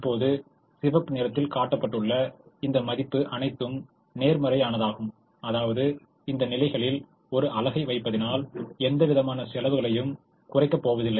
இப்போது சிவப்பு நிறத்தில் காட்டப்பட்டுள்ள இந்த மதிப்பு அனைத்தும் நேர்மறையானவையாகும் அதாவது இந்த நிலைகளில் ஒரு அலகை வைப்பதினால் எந்தவிதமான செலவையும் குறைக்கப் போவதில்லை